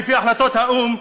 ולפי החלטות האו"ם,